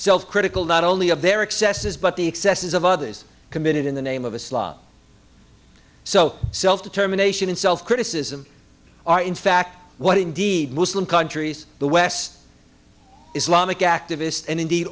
still critical not only of their excesses but the excesses of others committed in the name of islam so self determination and self criticism are in fact what indeed muslim countries the west islamic activists and indeed